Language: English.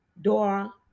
Dora